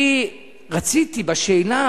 אני רציתי בשאלה,